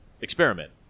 experiment